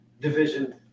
division